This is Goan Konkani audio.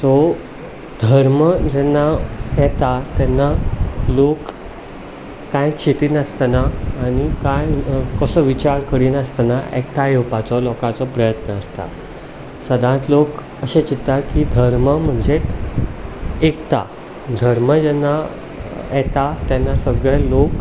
सो धर्म जेन्ना येता तेन्ना लोक कांयच चिंतीनासतना आनी कांय कसलो विचार करिनासतना एकठांय येवपाचो लोकांचो प्रयत्न आसता सदांच लोक अशे चिंत्ता की धर्म म्हणजे एकता धर्म जेन्ना येता तेन्ना सगळे लोक